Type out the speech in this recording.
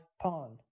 pawn